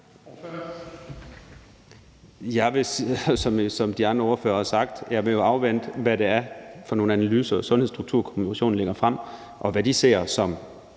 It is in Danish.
de andre ordførere vil jeg jo afvente, hvad det er for nogle analyser, som Sundhedsstrukturkommissionen lægger frem, og hvad de ser som